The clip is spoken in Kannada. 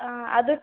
ಆಂ ಅದಕ್ಕೆ